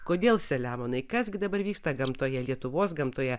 kodėl selemonai kas gi dabar vyksta gamtoje lietuvos gamtoje